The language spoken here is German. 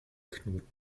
knurrt